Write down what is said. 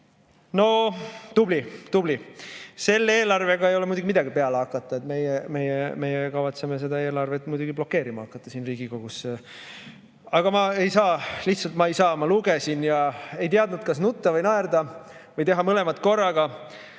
No tubli! Tubli! Selle eelarvega ei ole muidugi midagi peale hakata. Meie kavatseme seda eelarvet muidugi blokeerima hakata siin Riigikogus. Aga ma ei saa, lihtsalt ma ei saa, ma lugesin ja ei teadnud, kas nutta või naerda või teha mõlemat korraga.